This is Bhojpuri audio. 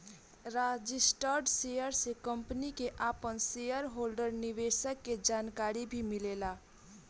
रजिस्टर्ड शेयर से कंपनी के आपन शेयर होल्डर निवेशक के जानकारी भी मिलेला